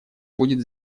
будет